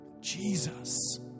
Jesus